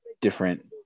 different